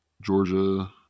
Georgia